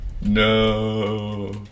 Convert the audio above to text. No